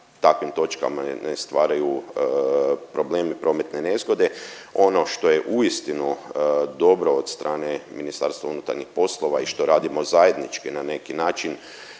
takvim točkama ne stvaraju problemi, prometne nezgode. Ono što je uistinu dobro od strane Ministarstva unutarnjih poslova i što radimo zajednički na neki način